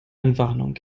entwarnung